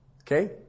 Okay